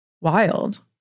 wild